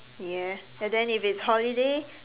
ya and then if it's holiday